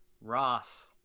Ross